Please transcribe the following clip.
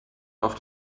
auf